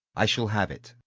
i shall have it.